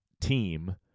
team